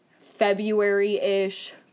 February-ish